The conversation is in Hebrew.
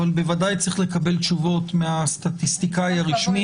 אבל בוודאי צריך לקבל תשובות מהסטטיסטיקאי הרשמי.